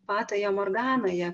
fatoje morganoje